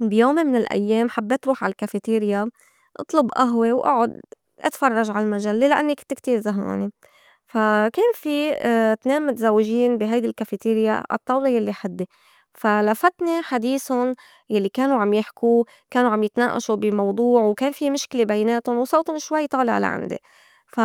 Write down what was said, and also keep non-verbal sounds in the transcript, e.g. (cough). بيوم من الأيّام حبّيت روح عالكافيتيريا أطلُب ئهوة وئُعُّد إتفرّج عالمجلّة لأنّي كنت كتير زهئانة، فا كان في تنين (hesitation) متزوجين بي هيدي الكافيتيريا عالطّاولة يلّي حدّي فا لفتني حديثُن يلّي كانو عم يحكو كانو عم يتنائشو بي موضوع وكان في مشكلة بيناتُن وصوطٌ شوي طالع لا عندي فا